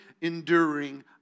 enduring